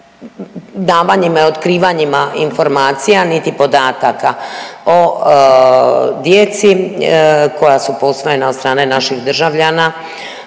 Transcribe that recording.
davanjima i otkrivanjima informacija niti podataka o djeci koja su posvojena od strane naših državljana.